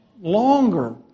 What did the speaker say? longer